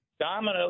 Domino